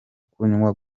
kunywa